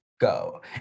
go